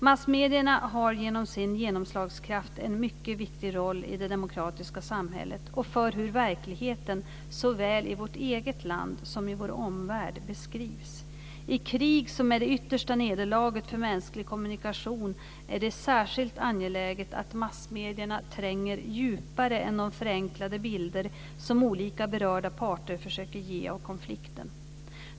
Massmedierna har genom sin genomslagskraft en mycket viktig roll i det demokratiska samhället och för hur verkligheten, såväl i vårt eget land som i vår omvärld, beskrivs. I krig, som är det yttersta nederlaget för mänsklig kommunikation, är det särskilt angeläget att massmedierna tränger djupare än de förenklade bilder som olika berörda parter försöker ge av konflikten.